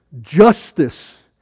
justice